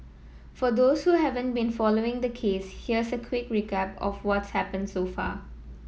for those who haven't been following the case here's a quick recap of what's happened so far